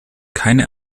keine